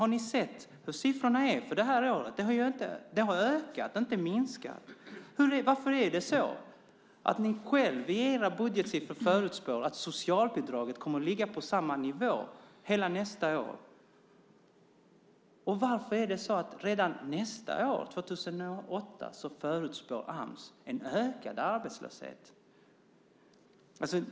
Har ni sett hur siffrorna ser ut för det här året? De har ökat, inte minskat. Varför är det så att ni själva i era budgetsiffror förutspår att socialbidraget kommer att ligga på samma nivå hela nästa år? Varför är det så att redan nästa år, 2008, förutspår Ams en ökad arbetslöshet?